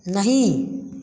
नहीं